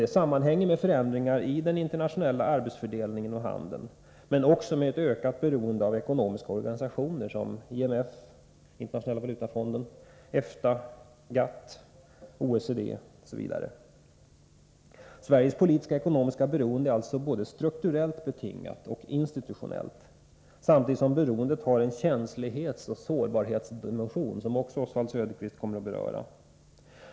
Det sammanhänger med förändringar i den internationella arbetsfördelningen och handeln men också med ett ökat beroende av ekonomiska organisationer som ILF, Internationella valutafonden, EFTA, GATT, OECD osv. Sveriges politiska ekonomiska beroende är alltså både strukturellt betingat och institutionellt samtidigt som beroendet har en känslighetsoch sårbarhetsdimension som Oswald Söderqvist också kommer att beröra.